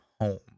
home